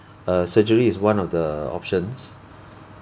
a surgery is one of the options